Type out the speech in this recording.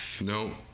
No